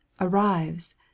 arrives